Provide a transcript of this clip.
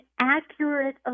accurate